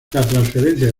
transferencia